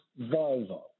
Volvo